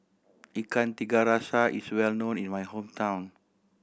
Ikan Tiga Rasa is well known in my hometown